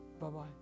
bye-bye